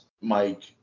Mike